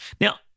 Now